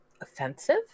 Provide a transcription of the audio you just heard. offensive